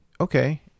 Okay